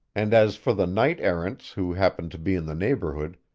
and as for the knight-errants who happened to be in the neighborhood,